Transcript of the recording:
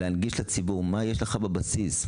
להנגיש לציבור מה יש לו בבסיס,